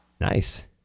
nice